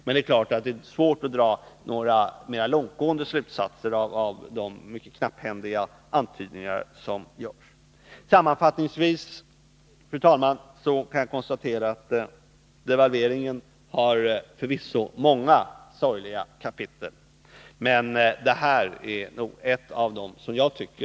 Men det är klart att det är svårt att dra några mera långtgående slutsatser av de mycket knapphändiga antydningar som görs. Sammanfattningsvis kan jag, fru talman, konstatera att devalveringen förvisso har många sorgliga kapitel, men det här är nog ett av de sorgligaste.